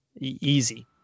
easy